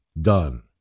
done